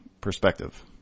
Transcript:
perspective